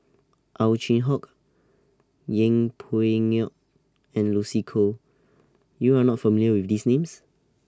Ow Chin Hock Yeng Pway Ngon and Lucy Koh YOU Are not familiar with These Names